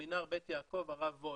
מסמינר בית יעקב הרב וולף,